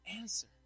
answer